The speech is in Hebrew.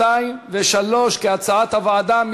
2 ו-3 כהצעת הוועדה.